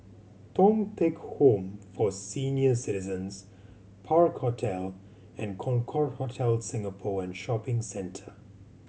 Thong Teck Home for Senior Citizens Park Hotel and Concorde Hotel Singapore and Shopping Centre